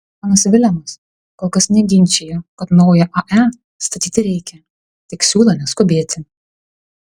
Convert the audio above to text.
ponas vilemas kol kas neginčija kad naują ae statyti reikia tik siūlo neskubėti